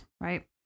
right